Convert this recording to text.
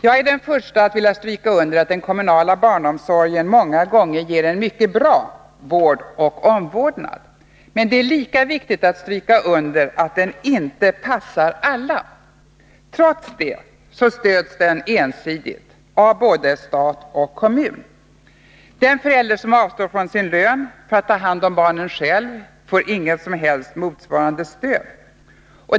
Jag är den första att vilja stryka under att den kommunala barnomsorgen många gånger ger en mycket bra vård och omvårdnad. Men det är lika viktigt att stryka under att den inte passar alla. Trots detta stöds den ensidigt av både stat och kommun. Den förälder som avstår från sin lön för att själv ta hand om barnen får inget motsvarande stöd.